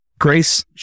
Grace